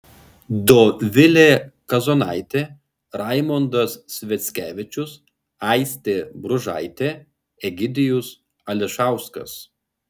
dovilė kazonaitė raimondas sviackevičius aistė bružaitė egidijus ališauskas